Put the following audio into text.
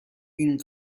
این